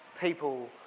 people